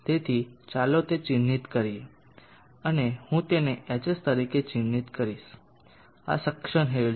તેથી ચાલો તે ચિહ્નિત કરીએ અને હું તેને hs તરીકે ચિહ્નિત કરીશ આ સક્શન હેડ છે